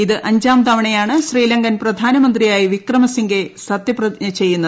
ഇത് അഞ്ചാം തവണയാണ് ശ്രീലങ്കൻ പ്രധാനമന്ത്രിയായി വിക്രമസിംഗേ സത്യപ്രതിഞ്ജ ചെയ്യുന്നത്